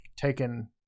taken